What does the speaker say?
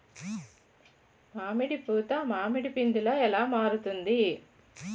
మామిడి పూత మామిడి పందుల ఎలా మారుతుంది?